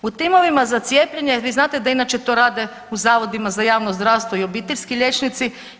U timovima za cijepljenje vi znate da inače to rade u Zavodima za javno zdravstvo i obiteljski liječnici.